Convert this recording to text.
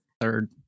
Third